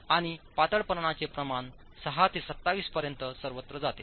आणि पातळपणाचे प्रमाण 6 ते 27 पर्यंत सर्वत्र जाते